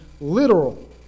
literal